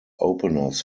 openers